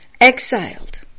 exiled